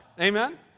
amen